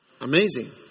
Amazing